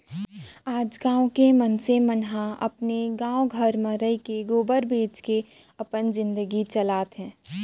आज गॉँव के मनसे मन ह अपने गॉव घर म रइके गोबर बेंच के अपन जिनगी चलात हें